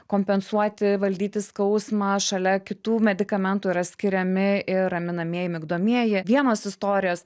kompensuoti valdyti skausmą šalia kitų medikamentų yra skiriami ir raminamieji migdomieji vienos istorijos